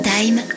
Time